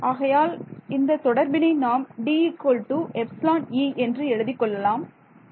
ஆகையால் இந்த தொடர்பினை நாம் D ε E என்று எழுதிக் கொள்ளலாம்